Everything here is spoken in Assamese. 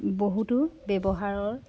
বহুতো ব্যৱহাৰৰ